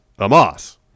Amos